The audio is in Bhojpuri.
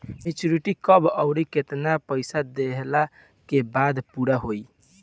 मेचूरिटि कब आउर केतना पईसा देहला के बाद पूरा होई?